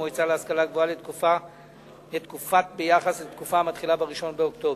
למועצה להשכלה גבוהה ביחס לתקופה המתחילה ב-1 באוקטובר.